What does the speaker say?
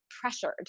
pressured